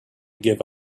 give